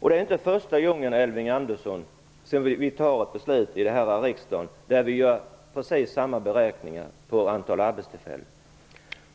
Det är inte första gången, Elving Andersson, som vi fattar ett beslut här i riksdagen där vi gör precis samma beräkningar om antalet arbetstillfällen.